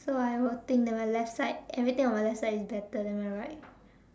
so I will think that my left side everything on my left side is better than my right